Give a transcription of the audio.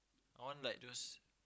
I want like those